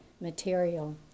material